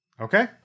Okay